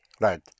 Right